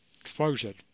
explosion